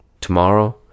Tomorrow